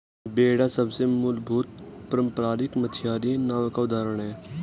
बेड़ा सबसे मूलभूत पारम्परिक मछियारी नाव का उदाहरण है